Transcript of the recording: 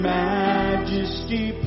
majesty